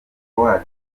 wacu